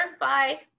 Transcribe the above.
bye